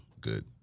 good